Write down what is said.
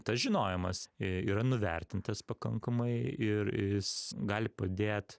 tas žinojimas i yra nuvertintas pakankamai ir ir jis gali padėt